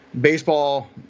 baseball